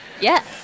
Yes